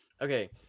Okay